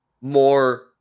more